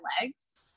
legs